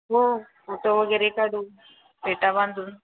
हो फोटो वगैरे काढू फेटा बांधून